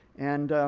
and